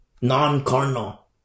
non-carnal